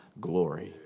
glory